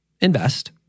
invest